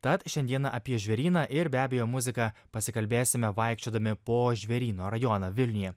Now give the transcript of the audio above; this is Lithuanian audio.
tad šiandieną apie žvėryną ir be abejo muziką pasikalbėsime vaikščiodami po žvėryno rajoną vilniuje